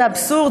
זה אבסורד,